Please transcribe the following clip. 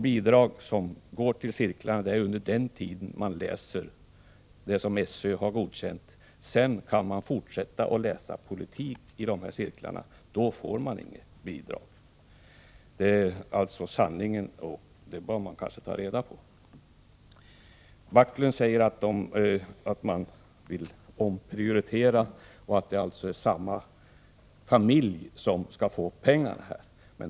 Bidrag utgår till cirklarna under den tid man läser det som SÖ har godkänt — sedan kan man fortsätta att läsa politik i cirklarna, och då får man inget bidrag. Det är sanningen, och den bör man kanske ta reda på. Det är alltså inte som SAF-Tidningen och Gullan Lindblad säger. Backlund sade att han vill omprioritera och att det är samma familj som skall få pengarna.